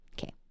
Okay